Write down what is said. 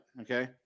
Okay